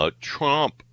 Trump